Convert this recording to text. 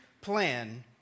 plan